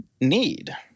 need